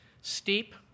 steep